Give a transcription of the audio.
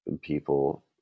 people